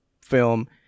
film